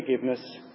forgiveness